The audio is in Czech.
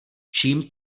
čím